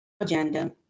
agenda